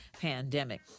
pandemic